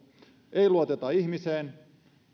ei luoteta ihmiseen